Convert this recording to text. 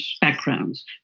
backgrounds